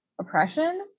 oppression